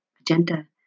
agenda